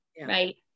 Right